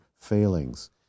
failings